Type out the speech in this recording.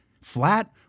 flat